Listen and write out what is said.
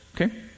Okay